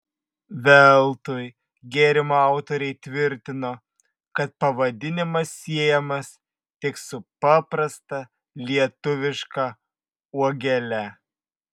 veltui gėrimo autoriai tvirtino kad pavadinimas siejamas tik su paprasta lietuviška uogele